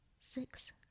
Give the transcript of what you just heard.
six